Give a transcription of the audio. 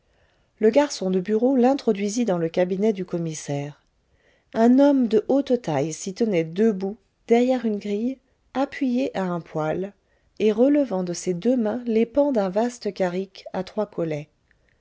le garçon de bureau l'introduisit dans le cabinet du commissaire un homme de haute taille s'y tenait debout derrière une grille appuyé à un poêle et relevant de ses deux mains les pans d'un vaste carrick à trois collets